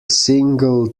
single